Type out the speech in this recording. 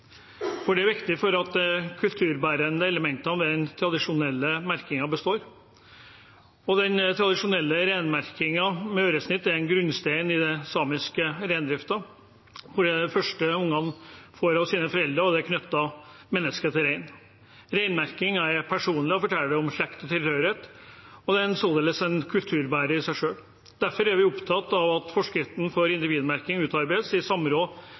øresnitt. Det er viktig at de kulturbærende elementene ved den tradisjonelle merkingen består, og den tradisjonelle reinmerkingen med øresnitt er en grunnstein i den samiske reindriften. Det er det første ungene får av sine foreldre, og det knytter mennesket til reinen. Reinmerkingen er personlig, forteller om slekt og tilhørighet, og den er således en kulturbærer i seg selv. Vi er derfor opptatt av at forskriften for individmerking utarbeides i samråd